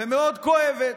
ומאוד כואבת.